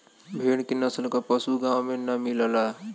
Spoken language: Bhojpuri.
भेड़ के नस्ल क पशु गाँव में ना मिलला